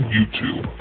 YouTube